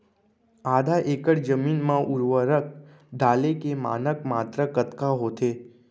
आधा एकड़ जमीन मा उर्वरक डाले के मानक मात्रा कतका होथे?